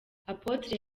apotre